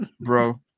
bro